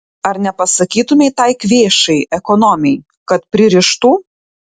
ar nepasakytumei tai kvėšai ekonomei kad pririštų